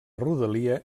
rodalia